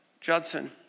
Judson